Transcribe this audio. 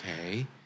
Okay